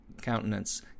countenance